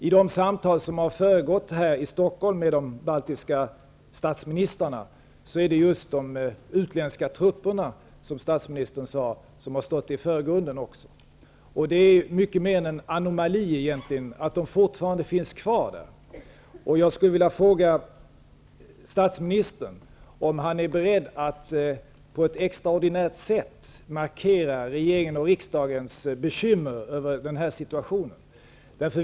I de samtal som har föregått här i Stockholm med de baltiska statsministrarna är det just de utländska trupperna, som statsministern sade, som har stått i förgrunden. Det är egentligen mycket mer än en anomali att de fortfarande finns kvar där. Jag skulle vilja fråga statsministern om han är beredd att på ett extraordninärt sätt markera regeringens och riksdagens bekymmer över den situationen.